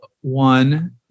one